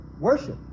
worship